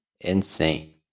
Insane